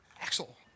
Axel